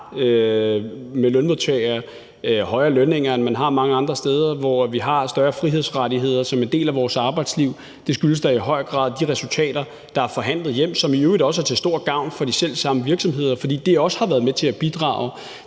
hvor lønmodtagerne har højere lønninger, end man har mange andre steder, hvor vi har større frihedsrettigheder som en del af vores arbejdsliv, er da i høj grad de resultater, der er forhandlet hjem, som i øvrigt også er til stor gavn for selv samme virksomheder, fordi det også har været med til at bidrage